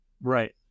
Right